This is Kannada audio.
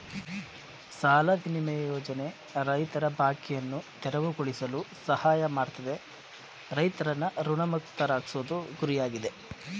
ಸಾಲ ವಿನಿಮಯ ಯೋಜನೆ ರೈತರ ಬಾಕಿಯನ್ನು ತೆರವುಗೊಳಿಸಲು ಸಹಾಯ ಮಾಡ್ತದೆ ರೈತರನ್ನು ಋಣಮುಕ್ತರಾಗ್ಸೋದು ಗುರಿಯಾಗಿದೆ